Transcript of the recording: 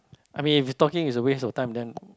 I mean if talking is a waste of time then